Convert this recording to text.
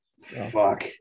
Fuck